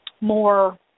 more